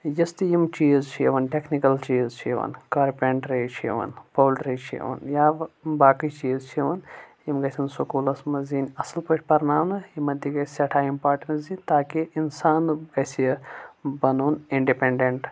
یس تہِ یم چیٖز چھِ یوان ٹیک نِکَل چیٖز چھِ یوان کارپنٹری چھِ یوان پولٹری چھِ یوان یا باقٕے چیٖز چھِ یوان یم گٔژھٮ۪ن سکوٗلس منٛز یِن اصل پٲٹھۍ پرناونہٕ یِمن تہٕ گژھِ سٮ۪ٹھاہ اِمپٹانس دِنۍ تاکہِ انسان گژھِ بنُن اِنڈِپینڈنٹ